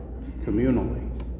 communally